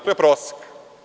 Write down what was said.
To je prosek.